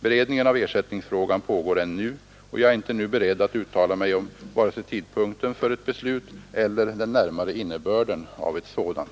Beredningen av ersättningsfrågan pågår ännu, och jag är inte nu beredd att uttala mig om vare sig tidpunkten för ett beslut eller den närmare innebörden av ett sådant.